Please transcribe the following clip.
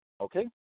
Okay